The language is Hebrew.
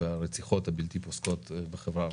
והרציחות הבלתי-פוסקות בחברה הערבית,